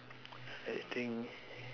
I think